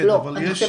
באמת חשוב